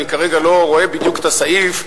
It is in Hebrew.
אני כרגע לא רואה בדיוק את הסעיף,